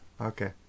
Okay